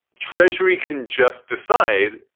treasury can just decide,